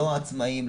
לא עצמאיים,